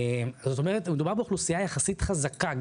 זאת אומרת, מדובר פה באוכלוסייה יחסית חזקה.